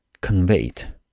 conveyed